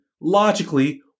logically